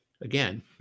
again